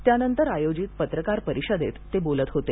त्यानंतर आयोजित पत्रकार परिषदेत ते बोलत होते